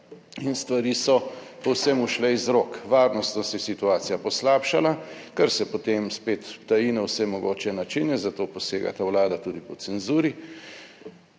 in stvari so povsem ušle iz rok, varnostno se je situacija poslabšala, kar se potem spet taji na vse mogoče načine, zato posega ta vlada tudi po cenzuri.